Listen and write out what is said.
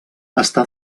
està